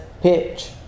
pitch